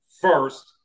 first